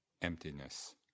emptiness